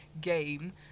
game